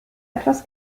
etwas